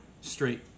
straight